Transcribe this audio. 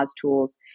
tools